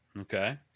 Okay